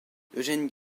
eugene